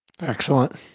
Excellent